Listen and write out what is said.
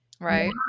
Right